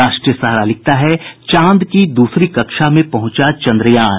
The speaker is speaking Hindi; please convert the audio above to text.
राष्ट्रीय सहारा लिखता है चांद की दूसरी कक्षा में पहुंचा चन्द्रयान